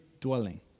dwelling